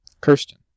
Kirsten